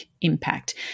impact